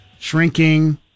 Shrinking